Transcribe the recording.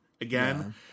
again